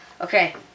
Okay